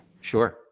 Sure